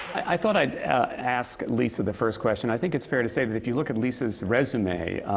i thought i'd ask lisa the first question. i think it's fair to say that if you look at lisa's resume,